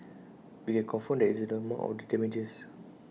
we can confirm that this is the amount of the damages